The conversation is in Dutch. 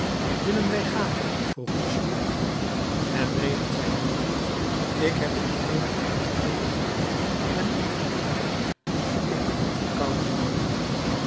willen wij gaan vroeg bossuet het regent zei joly ik heb gezworen in t vuur te gaan maar niet in t water ik wil niet verkouden worden